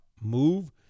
move